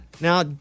Now